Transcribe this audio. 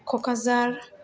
Kokrajhar